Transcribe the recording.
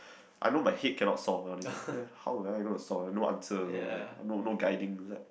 I know my head cannot solve all this how do I know to solve no answer also like no no guiding is like